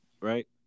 right